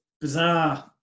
bizarre